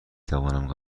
توانم